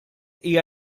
hija